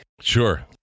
Sure